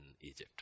Egypt